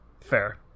Fair